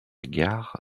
gare